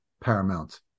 paramount